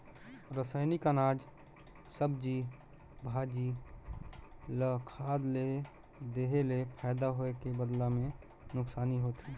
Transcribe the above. रसइनिक अनाज, सब्जी, भाजी ल खाद ले देहे ले फायदा होए के बदला मे नूकसानी होथे